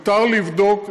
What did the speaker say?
מותר לבדוק.